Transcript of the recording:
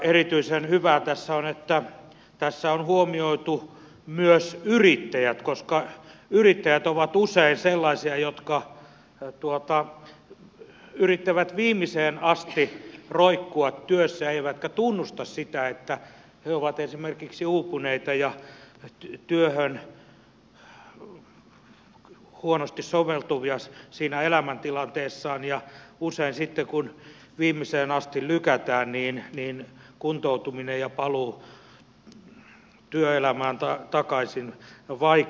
erityisen hyvää tässä on se että tässä on huomioitu myös yrittäjät koska yrittäjät ovat usein sellaisia jotka yrittävät viimeiseen asti roikkua työssä eivätkä tunnusta sitä että he ovat esimerkiksi uupuneita ja työhön huonosti soveltuvia siinä elämäntilanteessaan ja usein sitten kun viimeiseen asti lykätään kuntoutuminen ja paluu työelämään takaisin vaikeutuu